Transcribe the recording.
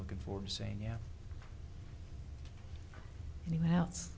looking forward saying yeah anyone else